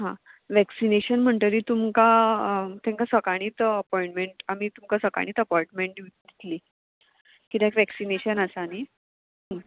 हां वॅक्सिनेशन म्हणटरी तुमकां तेंका सकाळींच अपॉयमेंट आमी तुमकां सकाळींच अपॉयंटमेंट दिव दितली किद्याक वॅक्सिनेशन आसा न्ही